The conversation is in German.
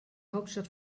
hauptstadt